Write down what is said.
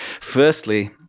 firstly